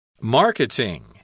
Marketing